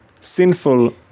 sinful